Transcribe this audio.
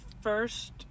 first